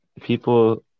people